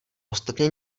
ostatně